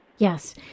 Yes